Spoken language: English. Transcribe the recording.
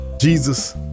Jesus